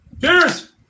Cheers